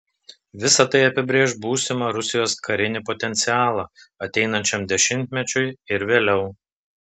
visa tai apibrėš būsimą rusijos karinį potencialą ateinančiam dešimtmečiui ir vėliau